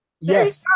yes